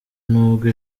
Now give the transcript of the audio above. nibwo